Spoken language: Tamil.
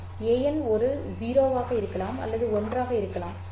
an ஒரு 0 ஆக இருக்கலாம் அல்லது அது 1 ஆக இருக்கலாம் சரி